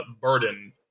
burden